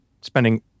spending